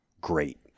great